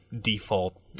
default